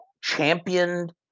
championed